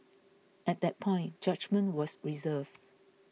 at that point judgement was reserved